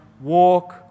walk